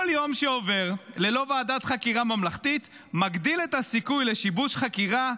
"כל יום שעובר ללא ועדת חקירה ממלכתית מגדיל את הסיכויים לשיבוש חקירה,